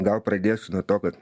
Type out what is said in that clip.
gal pradėsiu nuo to kad